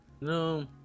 No